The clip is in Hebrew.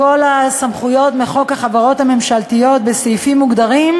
כל הסמכויות לפי חוק החברות הממשלתיות בסעיפים מוגדרים,